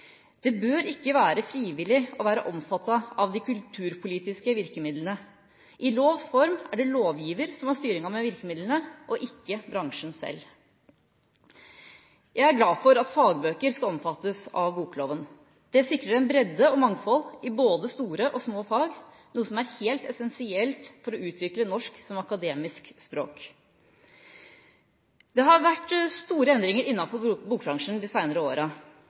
Det bør ikke være frivillig å være omfattet av de kulturpolitiske virkemidlene. I lovs form er det lovgiver som har styringen med virkemidlene, ikke bransjen selv. Jeg er glad for at fagbøker skal omfattes av bokloven. Det sikrer en bredde og et mangfold i både store og små fag, noe som er helt essensielt for å utvikle norsk som akademisk språk. Det har vært store endringer innenfor bokbransjen de